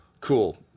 Cool